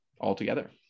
altogether